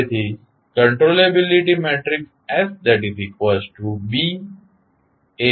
તેથી controllability matrix SBABA2BAn 1B